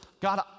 God